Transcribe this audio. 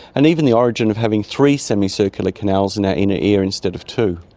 and even the origin of having three semicircular canals in our inner ear instead of two.